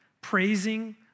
praising